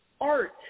art